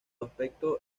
aspecto